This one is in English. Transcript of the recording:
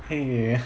!hey! eh